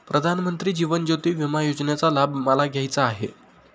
प्रधानमंत्री जीवन ज्योती विमा योजनेचा लाभ मला घ्यायचा आहे